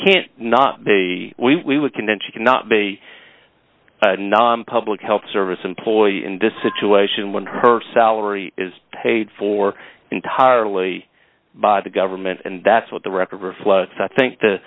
can't not be we can then she cannot be a public health service employee in this situation when her salary is paid for entirely by the government and that's what the record reflects i think the